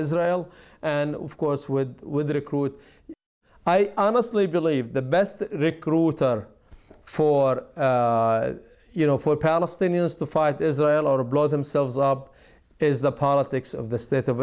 israel and of course with with the recruit i honestly believe the best recruiter for you know for palestinians to fight israel or to blow themselves up is the politics of the state of